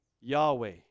Yahweh